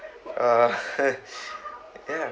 uh ya